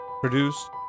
produced